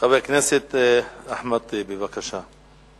חבר הכנסת אחמד טיבי, בבקשה.